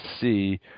see